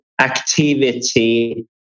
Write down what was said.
activity